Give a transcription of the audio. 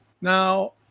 Now